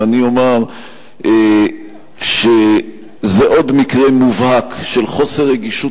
ואני אומר שזה עוד מקרה מובהק של חוסר רגישות